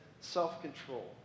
self-control